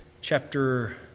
chapter